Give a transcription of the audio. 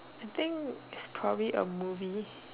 I think is probably a movie